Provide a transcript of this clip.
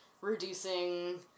reducing